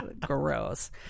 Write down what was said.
Gross